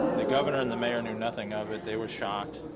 the governor and the mayor knew nothing of it. they were shocked.